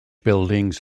buildings